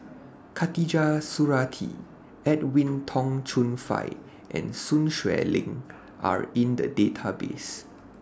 Khatijah Surattee Edwin Tong Chun Fai and Sun Xueling Are in The Database